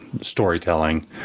storytelling